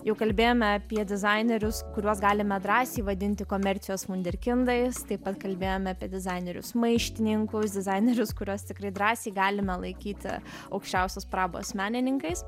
jau kalbėjome apie dizainerius kuriuos galime drąsiai vadinti komercijos vunderkindais taip pat kalbėjome apie dizainerius maištininkus dizainerius kuriuos tikrai drąsiai galime laikyti aukščiausios prabos menininkais